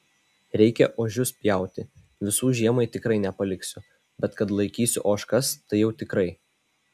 reikia ožius pjauti visų žiemai tikrai nepaliksiu bet kad laikysiu ožkas tai jau tikrai